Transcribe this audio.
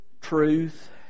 truth